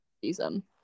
season